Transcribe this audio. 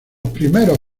primeros